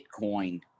Bitcoin